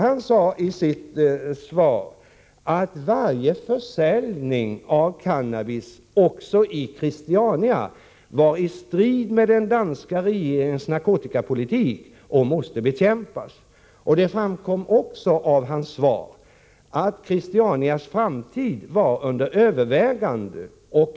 Han sade i sitt svar att varje försäljning av cannabis, också i Christiania, var i strid med den danska regeringens narkotikapolitik och måste bekämpas. Det framkom också av hans svar att Christianias framtid var under övervägande.